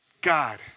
God